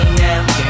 now